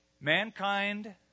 Mankind